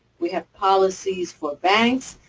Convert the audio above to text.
we have policies for banks.